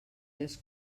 les